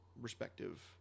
respective